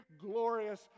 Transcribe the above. glorious